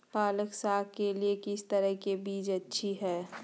पालक साग के लिए किस तरह के बीज अच्छी है?